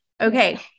Okay